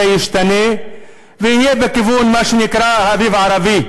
ישתנה ויהיה בכיוון מה שנקרא האביב הערבי.